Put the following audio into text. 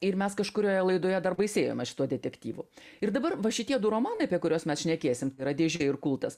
ir mes kažkurioje laidoje dar baisėjomės šituo detektyvu ir dabar va šitie du romanai apie kuriuos mes šnekėsim tai yra dėžė ir kultas